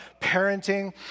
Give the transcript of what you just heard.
parenting